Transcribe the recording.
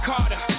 Carter